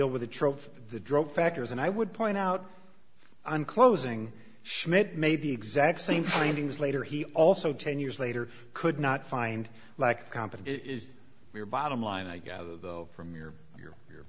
of the drug factors and i would point out i'm closing schmidt made the exact same findings later he also ten years later could not find lack of competition is your bottom line i gather though from your your your